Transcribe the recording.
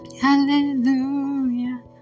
Hallelujah